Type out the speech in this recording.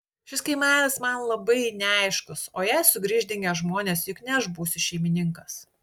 šis kaimelis man labai neaiškus o jei sugrįš dingę žmonės juk ne aš būsiu šeimininkas